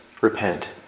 Repent